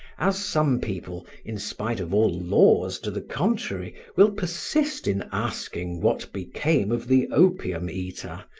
as some people, in spite of all laws to the contrary, will persist in asking what became of the opium-eater,